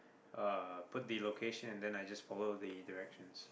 uh put the location then I just follow the direction